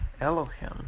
Elohim